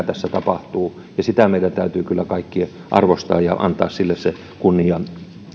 tässä tapahtuu ja meidän täytyy kyllä kaikkien arvostaa sitä ja antaa sille se kunnia